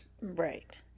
Right